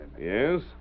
Yes